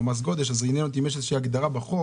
למשל מס הגודש, עניין אותי האם יש איזו הגדרה בחוק